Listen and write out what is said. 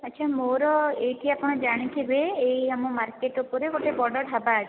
ଆଚ୍ଛା ମୋର ଏଇଠି ଆପଣ ଜାଣିଥିବେ ଏଇ ଆମ ମାର୍କେଟ୍ ଉପରେ ଗୋଟେ ବଡ଼ ଢାବା ଅଛି